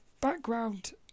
background